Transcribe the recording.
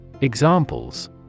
Examples